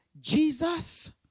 Jesus